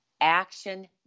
Action